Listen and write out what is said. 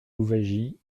louwagie